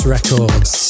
Records